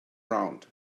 round